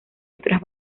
otras